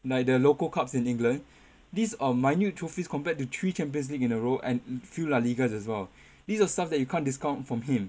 like the local cups in england these are minute trophies compared to three champions league in a row and few la ligas as well these are stuff that you can't discount from him